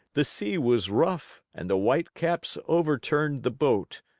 the sea was rough and the whitecaps overturned the boat.